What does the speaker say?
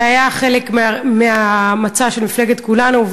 זה היה חלק מהמצע של מפלגת כולנו,